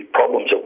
problems